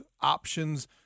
options